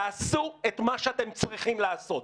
תעשו את מה שאתם צריכים לעשות.